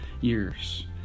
years